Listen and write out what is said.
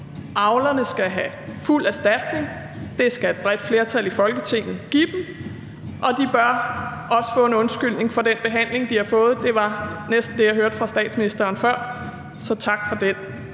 Avlerne skal have fuld erstatning; det skal et bredt flertal i Folketinget give dem, og de bør også få en undskyldning for den behandling, de har fået. Det var næsten det, jeg hørte fra statsministeren før, så tak for den!